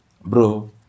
Bro